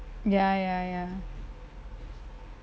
ya ya ya